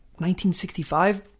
1965